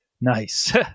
Nice